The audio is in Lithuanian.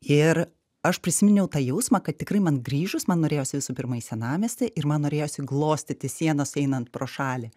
ir aš prisiminiau tą jausmą kad tikrai man grįžus man norėjos visų pirma į senamiestį ir man norėjosi glostyti sienas einant pro šalį